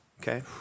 okay